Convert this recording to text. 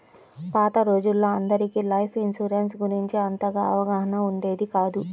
పాత రోజుల్లో అందరికీ లైఫ్ ఇన్సూరెన్స్ గురించి అంతగా అవగాహన ఉండేది కాదు